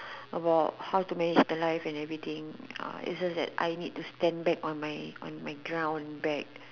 about how to manage the life and everything it's just that I need to stand back on my on my ground back